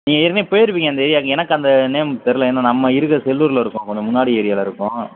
நீங்கள் ஏற்கனவே போயிருப்பீங்க அந்த ஏரியாவுக்கு எனக்கு அந்த நேம் தெரில ஏன்னா நம்ம இருக்கிறது செல்லூரில் இருக்கோம் கொஞ்சம் முன்னாடி ஏரியாவில் இருக்கோம்